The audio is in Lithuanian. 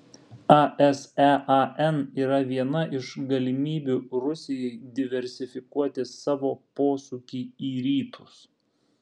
asean yra viena iš galimybių rusijai diversifikuoti savo posūkį į rytus